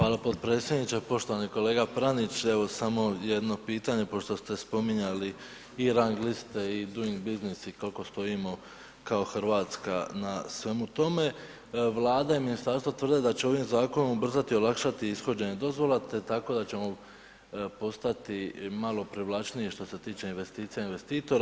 Hvala potpredsjedniče, poštovani kolega Pranić evo samo jedno pitanje pošto ste spominjali i rang liste i Duing biznis i kako stojimo kao Hrvatska na svemu tome, Vlada i ministarstvo tvrde da će ovim zakonom ubrzati, olakšati ishođenje dozvola te tako da ćemo postati malo privlačniji što se tiče investicija investitora.